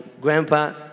grandpa